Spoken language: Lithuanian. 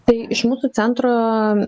tai iš mūsų centro